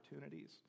opportunities